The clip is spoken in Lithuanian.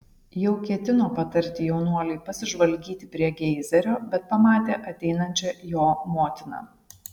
jau ketino patarti jaunuoliui pasižvalgyti prie geizerio bet pamatė ateinančią jo motiną